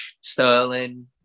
sterling